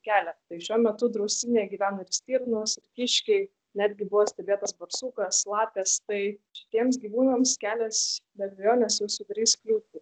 kelią tai šiuo metu draustinyje gyvena stirnos kiškiai netgi buvo stebėtas barsukas lapės tai šitiems gyvūnams kelias be abejonės jau sudarys kliūtį